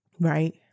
Right